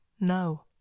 No